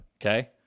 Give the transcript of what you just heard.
okay